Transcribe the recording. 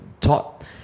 taught